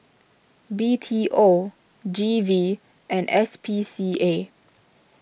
B T O G V and S P C A